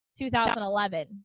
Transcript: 2011